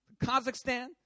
Kazakhstan